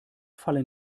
fallen